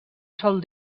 sol